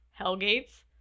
Hellgates